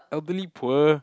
elderly poor